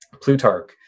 Plutarch